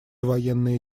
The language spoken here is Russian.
военные